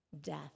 death